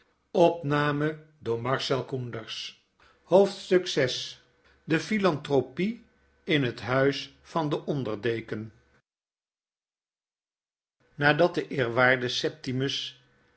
de philanthrope in het huis van den onder deken nadat de eerwaarde septimus